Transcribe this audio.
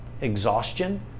exhaustion